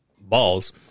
balls